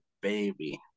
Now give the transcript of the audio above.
baby